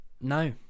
No